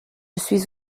suis